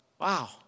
wow